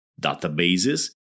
databases